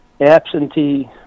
absentee